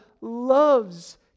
loves